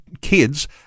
kids